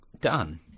Done